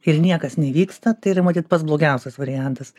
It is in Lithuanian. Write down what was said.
ir niekas neįvyksta tai yra matyt pats blogiausias variantas